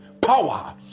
power